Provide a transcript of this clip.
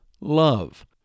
love